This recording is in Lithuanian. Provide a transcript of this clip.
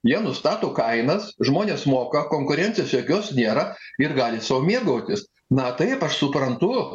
jie nustato kainas žmonės moka konkurencijos jokios nėra ir gali sau mėgautis na taip aš suprantu